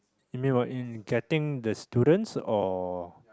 you mean what in getting the students or